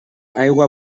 aigua